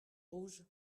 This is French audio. rouge